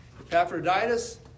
Epaphroditus